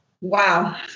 Wow